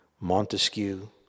Montesquieu